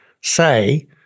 say